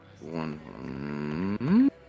one